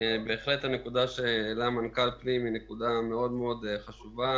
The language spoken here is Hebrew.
בהחלט הנקודה שהעלה מנכ"ל משרד הפנים היא נקודה מאוד מאוד חשובה